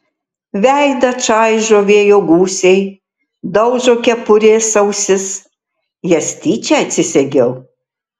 veidą čaižo vėjo gūsiai daužo kepurės ausis jas tyčia atsisegiau